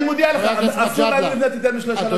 אני מודיע לך, אסור לנו לבנות יותר משלוש קומות.